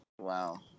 Wow